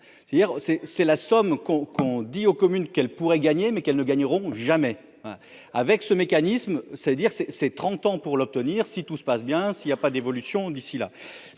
c'est la somme qu'on qu'on dit aux communes qu'elle pourrait gagner mais qu'elle ne gagneront jamais avec ce mécanisme, ça veut dire c'est c'est 30 ans pour l'obtenir, si tout se passe bien, s'y y a pas d'évolution, d'ici là